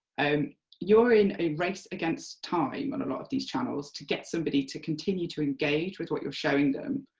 um you're in a race against time on and a lot of these channels to get somebody to continue to engage with what you're showing them,